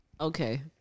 Okay